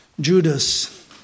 Judas